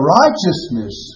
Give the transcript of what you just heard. righteousness